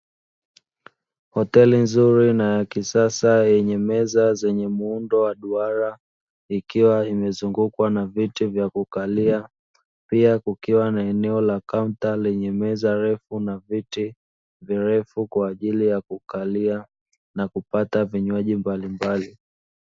Hoteli nzuri na ya kisasa yenye meza zenye muundo wa duara ikiwa imezungukwa na viti vya kukalia pia kukiwa na eneo la kaunta lenye meza refu na viti virefu kwa ajili ya kukalia na kupata vinywaji mbalimbali.